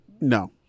No